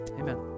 Amen